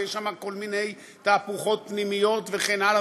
ויש שם כל מיני תהפוכות פנימיות וכן הלאה,